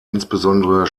insbesondere